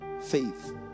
Faith